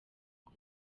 ngo